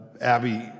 Abby